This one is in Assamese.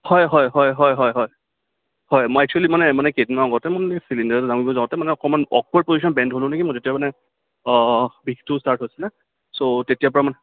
হয় হয় হয় হয় হয় হয় মই এক্সোৱেলী মানে মানে কেইদিনৰ আগতে মানে চিলিণ্ডাৰ দাঙিবলৈ যাওঁতে মানে অকণমান অকৱাৰ্ড পজিচনত বেণ্ড হ'লো নেকি মই তেতিয়া মানে অঁ বিষটো ষ্টাৰ্ট হৈছিলে চ' তেতিয়াৰ পৰা